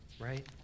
right